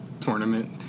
tournament